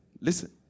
Listen